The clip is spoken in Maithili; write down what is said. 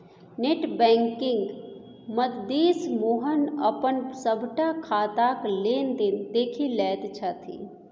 नेट बैंकिंगक मददिसँ मोहन अपन सभटा खाताक लेन देन देखि लैत छथि